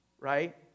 right